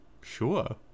sure